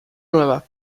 nueva